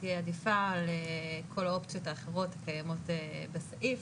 תהיה עדיפה על כל האופציות האחרות הקיימות בסעיף.